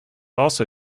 also